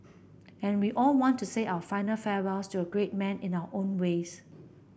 and we all want to say our final farewells to a great man in our own ways